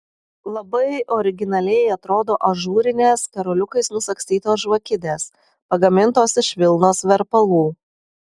labai originaliai atrodo ažūrinės karoliukais nusagstytos žvakidės pagamintos iš vilnos verpalų